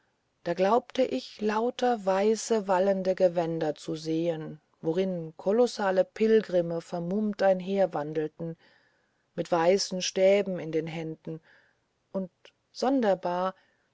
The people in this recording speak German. da glaubte ich lauter weiße wallende gewänder zu sehen worin kolossale pilgrime vermummt einherwandelten mit weißen stäben in den händen und sonderbar